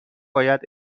باید